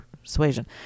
persuasion